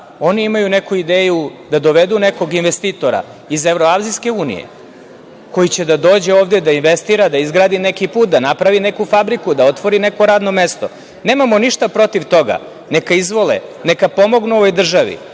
oni imaju neku ideju da dovedu nekog investitora, iz Evroazijske unije, koji će da dođe ovde da investira, da izgradi neki put, na napravi neku fabriku, da otvori neko radno mesto. Nemamo ništa protiv toga, neka izvole, neka pomognu ovoj državi. Veoma